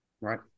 Right